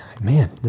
Man